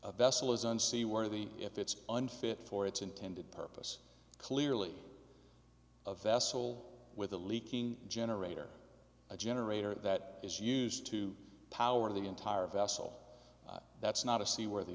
a vessel is unseaworthy if it's unfit for its intended purpose clearly a vessel with a leaking generator a generator that is used to power the entire vessel that's not a c where the